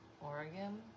Oregon